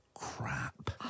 Crap